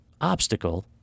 obstacle